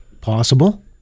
Possible